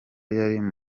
yari